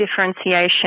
differentiation